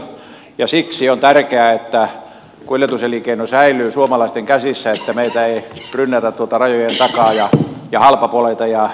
ja siksi on tärkeää että kuljetuselinkeino säilyy suomalaisten käsissä että meille ei rynnätä tuolta rajojen takaa ja halpapuolelta ja vääristetä tätä kilpailua